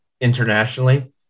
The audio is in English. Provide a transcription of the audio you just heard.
internationally